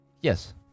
Yes